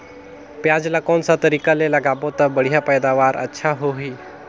पियाज ला कोन सा तरीका ले लगाबो ता बढ़िया पैदावार अच्छा होही?